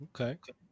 okay